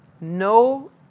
No